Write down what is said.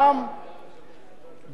גם לדין הפלילי,